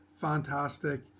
fantastic